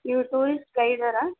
ನೀವು ಟೂರಿಸ್ಟ್ ಗೈಡೊರಾ